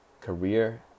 career